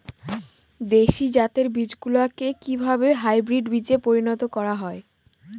দেশি জাতের বীজগুলিকে কিভাবে হাইব্রিড বীজে পরিণত করা হয়?